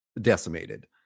decimated